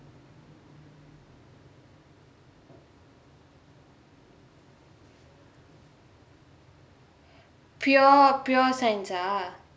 pure pure science ah